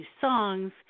songs